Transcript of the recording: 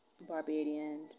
Barbadian